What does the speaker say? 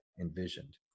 envisioned